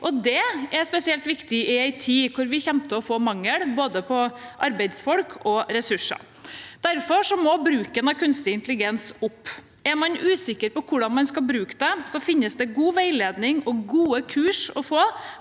Det er spesielt viktig i en tid da vi kommer til å få mangel på både arbeidsfolk og ressurser. Derfor må bruken av kunstig intelligens opp. Er man usikker på hvordan man skal bruke det, finnes det god veiledning og gode kurs å få